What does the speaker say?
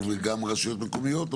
או וגם רשויות מקומיות,